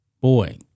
Boy